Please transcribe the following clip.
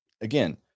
again